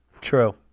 True